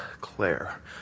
Claire